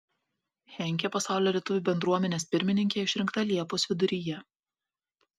henkė pasaulio lietuvių bendruomenės pirmininke išrinkta liepos viduryje